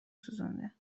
سوزونده